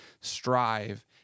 strive